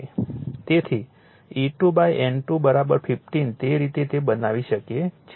તેથી E2 N2 15 તે રીતે તે બનાવી શકે છે